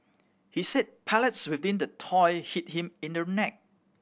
he said pellets within the toy hit him in the neck